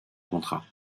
contrat